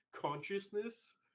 consciousness